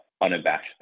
unabashed